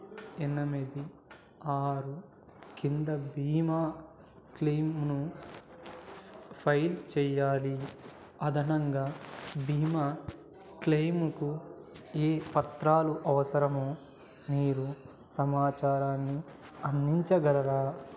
ఎనిమిది ఆరు కింద బీమా క్లెయిమ్ను ఫైల్ చెయ్యాలి అదనంగా బీమా క్లెయిమ్కు ఏ పత్రాలు అవసరమో మీరు సమాచారాన్ని అందించగలరా